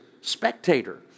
spectator